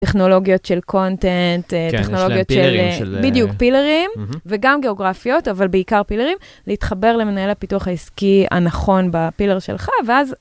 טכנולוגיות של קונטנט, טכנולוגיות של... בדיוק, פילרים. וגם גיאוגרפיות, אבל בעיקר פילרים. להתחבר למנהל הפיתוח העסקי הנכון בפילר שלך, ואז...